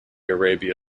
arabia